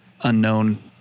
unknown